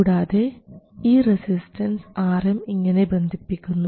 കൂടാതെ ഈ resistance Rm ഇങ്ങനെ ബന്ധിപ്പിക്കുന്നു